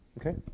Okay